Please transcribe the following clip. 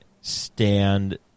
stand